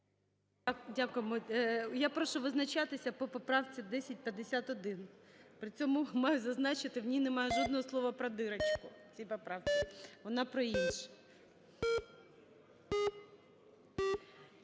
Дякуємо. Я прошу визначатися по поправці 1051. При цьому маю зазначити, в ній немає жодного слова про дырочку, в цій